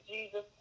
Jesus